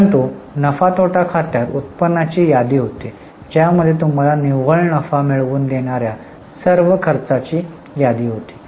परंतु नफा तोटा खात्यात उत्पन्नाची यादी होती ज्यामध्ये तुम्हाला निव्वळ नफा मिळवून देणाऱ्या सर्व खर्चाची यादी होते